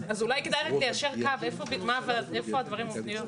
אולי כדאי לציין היכן הדברים עומדים.